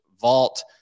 Vault